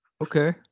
Okay